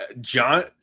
John